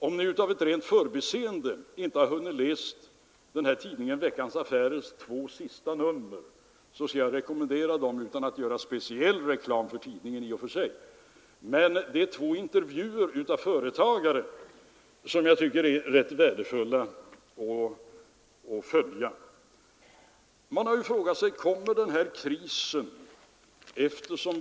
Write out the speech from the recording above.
Om ni av rent förbiseende inte har hunnit läsa de två senaste numren av Veckans Affärer skall jag rekommendera dem utan att därför göra speciell reklam för tidningen. Det är två intervjuer med företagare som jag tycker är rätt värdefulla att läsa.